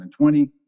2020